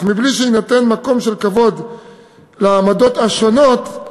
אך בלי שיינתן מקום של כבוד לעמדות השונות,